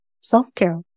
self-care